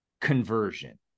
conversion